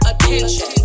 Attention